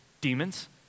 demons